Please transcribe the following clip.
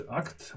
akt